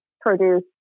produce